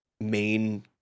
main